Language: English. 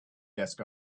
desk